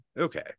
Okay